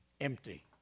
empty